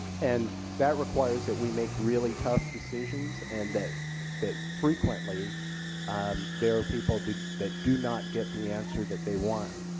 and that requires that we make really tough decisions and that that frequently there are people that do not get the answer that they want.